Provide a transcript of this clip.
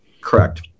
Correct